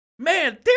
Man